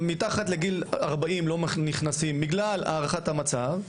מתחת לגיל 40 לא נכנסים בגלל הערכת המצב.